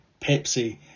Pepsi